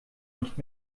nicht